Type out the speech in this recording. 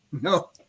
No